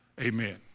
Amen